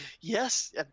Yes